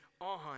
on